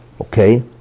Okay